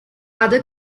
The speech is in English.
other